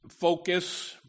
focus